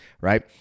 Right